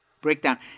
breakdown